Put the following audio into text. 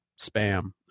spam